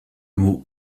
mot